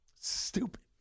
Stupid